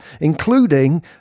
including